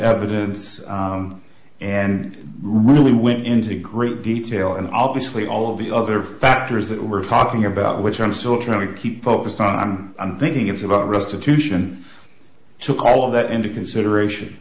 evidence and really went into great detail and obviously all of the other factors that we're talking about which i'm still trying to keep focused on i'm thinking it's about restitution to all that into consideration